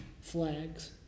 flags